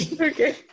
Okay